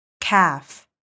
Calf